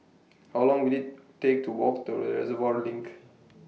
How Long Will IT Take to Walk to Reservoir LINK